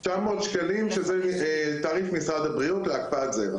כשזה תעריף משרד הבריאות להקפאת זרע.